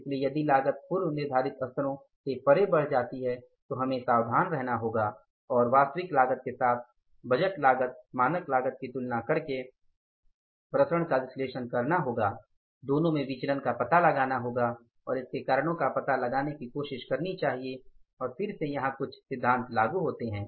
इसलिए यदि लागत पूर्व निर्धारित स्तरों से परे बढ़ जाती है तो हमें सावधान रहना होगा और वास्तविक लागत के साथ बजट लागत मानक लागत की तुलना करके विचरण का विश्लेषण करना होगा दोनों में विचलन का पता लगाना होगा और इसके कारणों का पता लगाने की कोशिश करनी चाहिए और फिर से यहाँ कुछ सिद्धांत लागू होते हैं